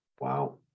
wow